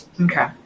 Okay